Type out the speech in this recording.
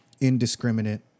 indiscriminate